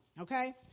okay